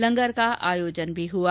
लंगर का आयोजन भी हुआ